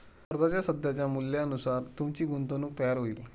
कर्जाच्या सध्याच्या मूल्यानुसार तुमची गुंतवणूक तयार होईल